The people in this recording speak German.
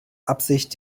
absicht